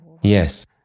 Yes